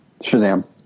Shazam